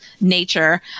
nature